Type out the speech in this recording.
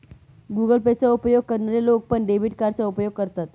Google Pay चा उपयोग करणारे लोक पण, डेबिट कार्डचा उपयोग करतात